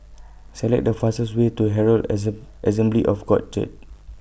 Select The fastest Way to Herald Assembly of God Church